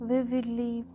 Vividly